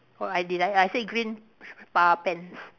oh I did I I said green uh pants